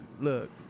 look